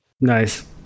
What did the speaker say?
nice